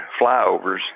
flyovers